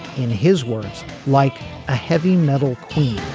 in his words like a heavy metal queen.